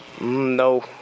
No